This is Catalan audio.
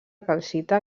calcita